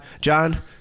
John